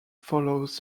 follows